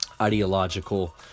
ideological